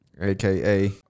aka